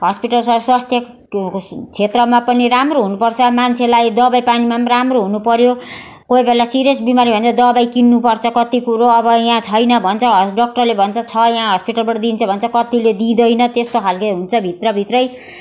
hospital छ स्वास्थ्यको क्षेत्रमा पनि राम्रो हुनु पर्छ मान्छेलाई दबाई पानीमाम राम्रो हुनु पर्यो कोही बेला सिरियस बिमारी भयो भने दबाई किन्नु पर्छ कति कुरो अब यहाँ छैन भन्छ डाक्टरले भन्छ छ यहाँ हस्पिटलबाट दिन्छ भन्छ कतिले दिँदैन त्यस्तो खाले हुन्छ भित्र भित्रै